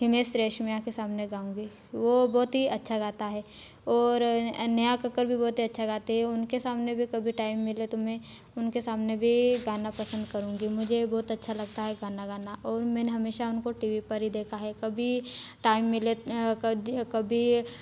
हिमेश रेशमिया के सामने गाऊँगी वो बहुत ही अच्छा गाता है और नेहा कक्कड़ भी बहुत अच्छा गाती है उनके सामने भी कभी टाइम मिले तो मैं उनके सामने भी गाना पसंद करुँगी मुझे बहुत अच्छा लगता है गाना गाना और मैंने हमेशा उनको टी वी पर ही देखा है कभी टाइम मिले कभी